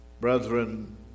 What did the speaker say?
Brethren